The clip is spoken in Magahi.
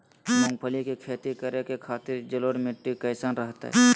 मूंगफली के खेती करें के खातिर जलोढ़ मिट्टी कईसन रहतय?